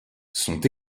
sont